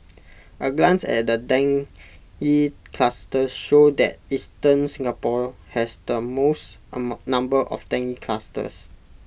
A glance at the dengue clusters show that eastern Singapore has the most number of dengue clusters